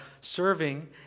Serving